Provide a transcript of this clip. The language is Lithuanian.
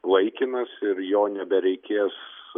laikinas ir jo nebereikės